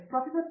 professor V